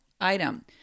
item